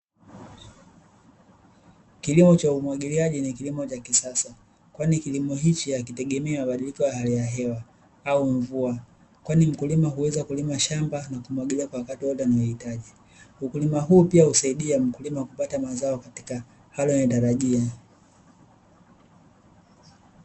Kilimo cha umwagiliaji ni kilimo cha kisasa, kwani kilimo hichi hakitegemei mabadiliko ya hali ya hewa au mvua, kwani mkulima huweza kulima shamba na kumwagilia kwa wakati wowote anaohitaji. Ukulima huu husaidia mkulima pia kupata mazao katika hali anayotarajia.